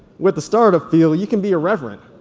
with the start-up feel, you can be irreverent,